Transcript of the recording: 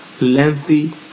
lengthy